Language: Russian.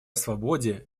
свободе